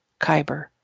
Kyber